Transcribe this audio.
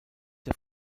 der